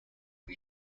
new